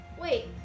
Wait